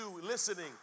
listening